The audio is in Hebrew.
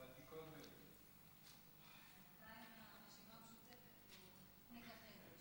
בינתיים הרשימה המשותפת מככבת.